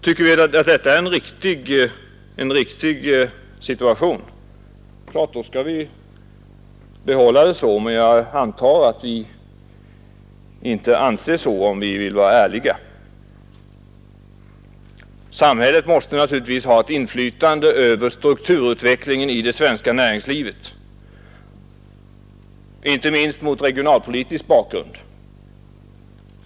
Om vi anser att detta är riktigt, är det klart att vi bör behålla denna ordning, men jag antar att vi inte anser att det bör vara på det sättet, om vi vill vara ärliga. Samhället måste naturligtvis ha inflytande över strukturutvecklingen i det svenska näringslivet, inte minst mot regionalpolitisk bakgrund.